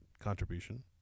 contribution